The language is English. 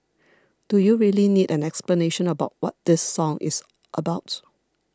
do you really need an explanation about what this song is about